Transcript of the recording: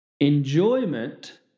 enjoyment